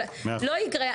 לא יקרה,